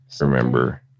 remember